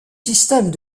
systèmes